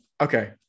Okay